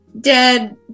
dead